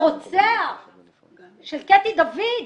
הרוצח של קטי דוד,